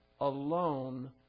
alone